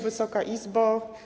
Wysoka Izbo!